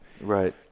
Right